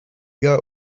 got